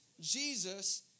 Jesus